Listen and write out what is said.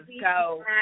go